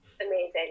amazing